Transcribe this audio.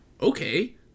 Okay